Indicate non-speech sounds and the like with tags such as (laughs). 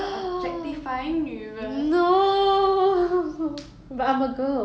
(noise) 大胆 (laughs) how dare you